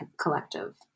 collective